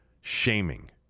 shaming